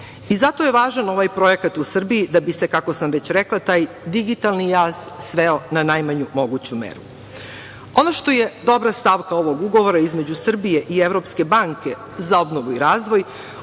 je važan ovaj projekat u Srbiji da bi se, kako sam već rekla, taj digitalni jaz sveo na najmanju moguću meru. Ono što je dobra stavka ovog ugovora između Srbije i Evropske banke za obnovu i razvoj,